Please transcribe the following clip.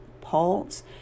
pulse